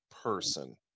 person